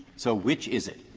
so which is it?